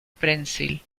prensil